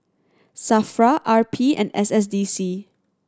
SAFRA R P and S S D C